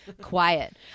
quiet